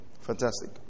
Fantastic